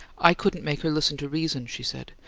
i couldn't make her listen to reason, she said.